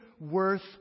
worth